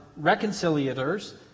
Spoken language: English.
reconciliators